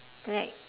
right